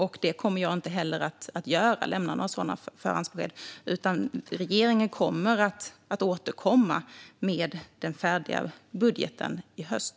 Jag kommer inte heller att lämna några sådana förhandsbesked, utan regeringen kommer att återkomma med den färdiga budgeten i höst.